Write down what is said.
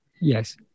Yes